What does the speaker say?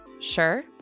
Sure